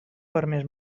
permès